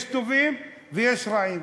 יש טובים ויש רעים.